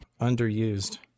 underused